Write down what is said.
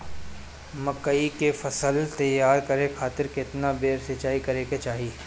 मकई के फसल तैयार करे खातीर केतना बेर सिचाई करे के चाही?